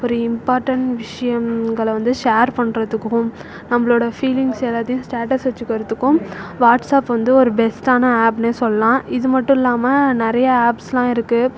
ஒரு இம்பார்ட்டண்ட் விஷயங்களை வந்து ஷேர் பண்ணுறதுக்கும் நம்போளோட ஃபீலிங்ஸ் எல்லாத்தையும் ஸ்டேட்ஸ் வச்சுக்கிறதுக்கும் வாட்ஸாப் வந்து ஒரு பெஸ்ட்டான ஆப்னே சொல்லலாம் இது மட்டுல்லாமல் நிறையா ஆப்ஸ்லாம் இருக்குது